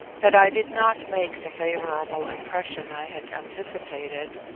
that i did not make the favourable impression i had anticipated,